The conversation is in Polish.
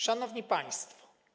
Szanowni Państwo!